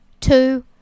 two